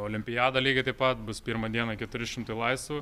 olimpiada lygiai taip pat bus pirmą dieną keturi šimtai laisvu